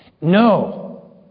No